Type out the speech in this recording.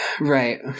Right